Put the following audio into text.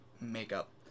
makeup